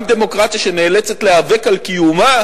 גם דמוקרטיה שנאלצת להיאבק על קיומה,